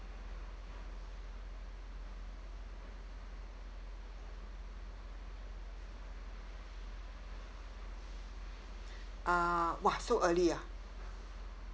uh !wah! so early ah